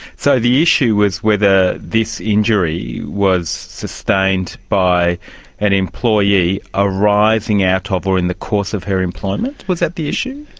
so the issue was whether this injury was was sustained by an employee arising out ah of or in the course of her employment. was that the issue?